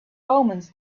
omens